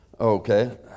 Okay